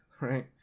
right